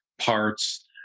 parts